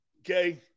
Okay